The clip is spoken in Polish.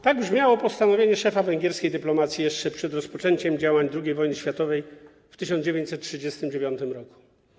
Tak brzmiało postanowienie szefa węgierskiej dyplomacji jeszcze przed rozpoczęciem działań II wojny światowej w 1939 r.